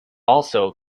also